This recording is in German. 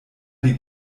die